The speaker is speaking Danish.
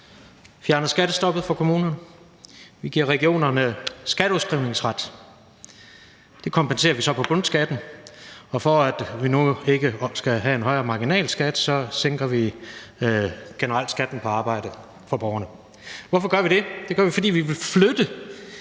fjerner skattestoppet for kommunerne. Vi giver regionerne skatteudskrivningsret. Det kompenserer vi så for på bundskatten. Og for at vi nu ikke skal have en højere marginalskat, sænker vi generelt skatten på arbejde for borgerne. Hvorfor gør vi det? Det gør vi, fordi vi vil flytte